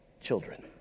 children